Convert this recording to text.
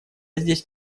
здесь